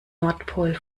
nordpol